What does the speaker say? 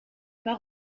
pas